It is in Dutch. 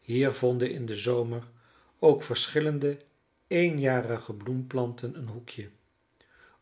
hier vonden in den zomer ook verschillende eenjarige bloemplanten een hoekje